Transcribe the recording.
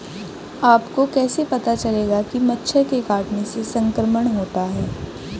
आपको कैसे पता चलेगा कि मच्छर के काटने से संक्रमण होता है?